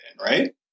right